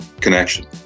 connection